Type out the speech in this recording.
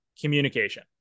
communication